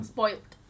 Spoiled